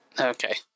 Okay